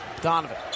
Donovan